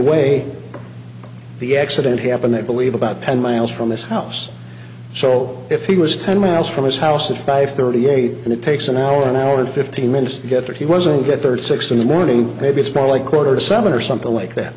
way the accident happened they believe about ten miles from this house so if he was ten miles from his house at five thirty eight and it takes an hour an hour and fifteen minutes to get there he was a good thirty six in the morning maybe it's more like quarter to seven or something like that